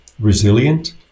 resilient